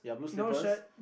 no shirt